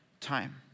time